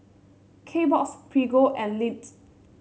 Kbox Prego and Lindt